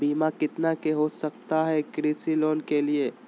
बीमा कितना के हो सकता है कृषि लोन के लिए?